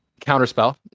Counterspell